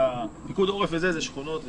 פיקוד העורף זה שכונות וכו',